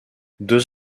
deux